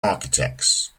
architects